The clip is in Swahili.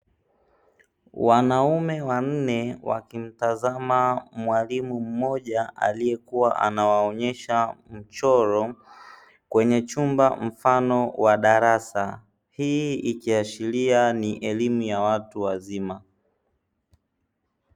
Wanaume wanne wakimtazama mwalimu mmoja aliyekuwa anawaonyesha mchoro kwenye chumba mfano wa darasa, hii ikiashiria ni elimu ya watu wazima.